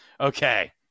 Okay